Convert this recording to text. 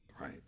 Right